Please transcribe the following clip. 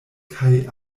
kaj